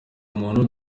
ubumuntu